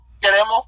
queremos